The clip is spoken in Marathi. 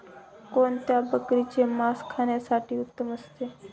कोणत्या बकरीचे मास खाण्यासाठी उत्तम असते?